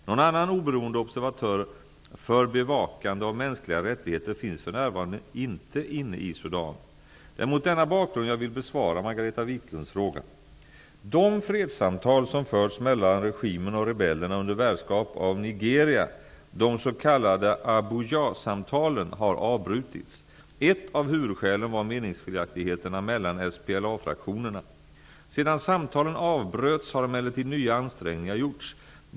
Någon annan oberoende observatör för bevakande av mänskliga rättigheter finns för närvarande inte inne i Sudan. Det är mot denna bakgrund jag vill besvara Margareta De fredssamtal som förts mellan regimen och rebellerna under värdskap av Nigeria -- de s.k. Abuja-samtalen -- har avbrutits. Ett av huvudskälen var meningsskiljaktigheterna mellan SPLA-fraktionerna. Sedan samtalen avbröts har emellertid nya ansträngningar gjorts.